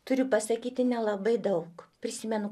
turiu pasakyti nelabai daug prisimenu